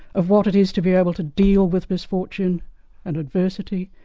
of what it is to be able to deal with misfortune and adversity,